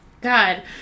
God